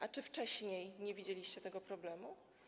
A czy wcześniej nie widzieliście tego problemu?